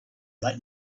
that